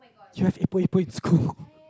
you have epok epok in school